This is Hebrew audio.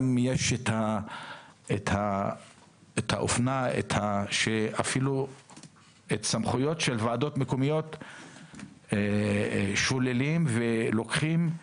גם יש את הטרנד שאפילו את סמכויות של ועדות מקומיות שוללים ולוקחים,